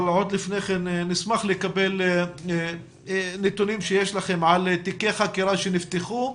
עוד לפני כן נשמח לקבל נתונים שיש לכם על תיקי חקירה שנפתחו,